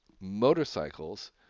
motorcycles